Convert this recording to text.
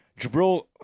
Jabril